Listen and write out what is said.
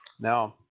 Now